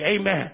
amen